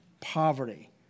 poverty